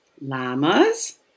Llamas